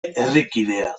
herrikidea